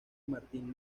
martín